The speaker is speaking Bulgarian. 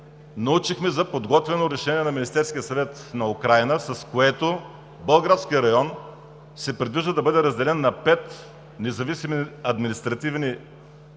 научихме за подготвено решение на Министерския съвет на Украйна, с което Болградският район се предвижда да бъде разделен на пет независими административни части